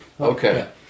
Okay